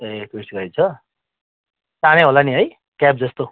ए tourist गाडी छ सानै होला नि है क्याब जस्तो